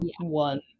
one